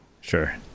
Sure